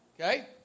Okay